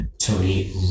Tony